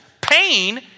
pain